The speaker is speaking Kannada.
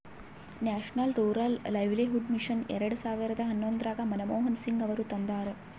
ನ್ಯಾಷನಲ್ ರೂರಲ್ ಲೈವ್ಲಿಹುಡ್ ಮಿಷನ್ ಎರೆಡ ಸಾವಿರದ ಹನ್ನೊಂದರಾಗ ಮನಮೋಹನ್ ಸಿಂಗ್ ಅವರು ತಂದಾರ